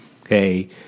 okay